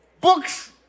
books